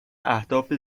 اهداف